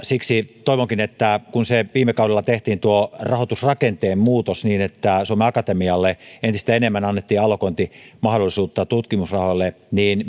siksi toivonkin että kun viime kaudella tehtiin tuo rahoitusrakenteen muutos niin että suomen akatemialle annettiin entistä enemmän allokointimahdollisuutta tutkimusrahoille niin